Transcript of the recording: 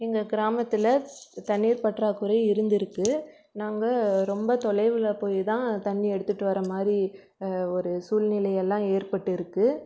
எங்கள் கிராமத்தில் தண்ணீர் பற்றாக்குறை இருந்துருக்குது நாங்கள் ரொம்ப தொலைவில் போய் தான் தண்ணி எடுத்துகிட்டு வர மாதிரி ஒரு சூழ்நிலையெல்லாம் ஏற்பட்டு இருக்குது